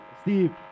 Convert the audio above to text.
Steve